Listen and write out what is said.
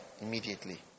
immediately